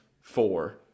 four